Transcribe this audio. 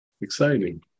exciting